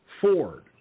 Ford